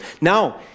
Now